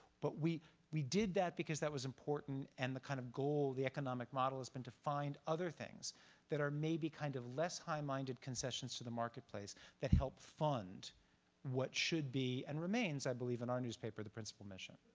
but we we did that because that was important and the kind of goal, the economic model, has been to find other things that are maybe kind of less high minded concessions to the marketplace that help fund what should be and remains, i believe in our newspaper, the principal mission.